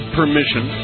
permission